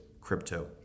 crypto